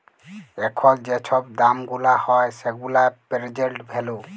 এখল যে ছব দাম গুলা হ্যয় সেগুলা পের্জেল্ট ভ্যালু